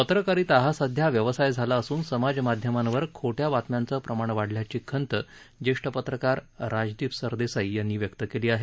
पत्रकारिता हा सध्या व्यवसाय झाला असून समाज माध्यमांवर खोट्या बातम्यांचं प्रमाण वाढल्याची खंत ज्येष्ठ पत्रकार राजदीप सरदेसाई यांनी व्यक्त केली आहे